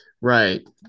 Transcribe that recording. Right